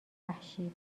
وحشی